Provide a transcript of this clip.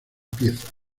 pieza